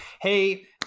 hey